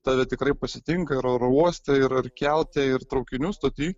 tave tikrai pasitinka ar oro uoste ir ar kelte ir traukinių stoty